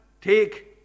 take